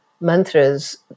mantras